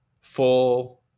full